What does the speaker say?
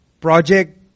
project